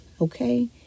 okay